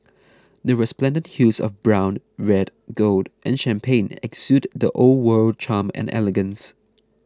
the resplendent hues of brown red gold and champagne exude the old world charm and elegance